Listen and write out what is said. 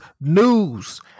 news